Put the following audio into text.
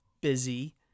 busy